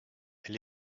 elle